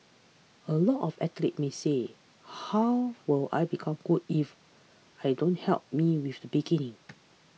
a lot of athletes may say how will I become good if I don't help me with the beginning